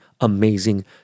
amazing